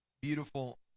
beautiful